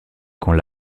con